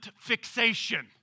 fixation